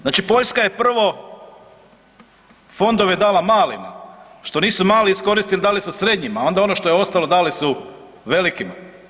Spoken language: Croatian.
Znači Poljska je prvo fondove dala malima, što nisu mali iskoristili, dali su srednjima a onda ono što je ostalo, da li su velikima.